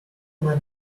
man